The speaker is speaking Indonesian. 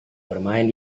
bermain